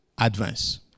advance